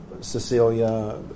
Cecilia